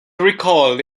recalled